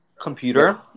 computer